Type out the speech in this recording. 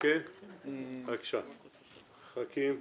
ח"כים,